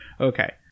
Okay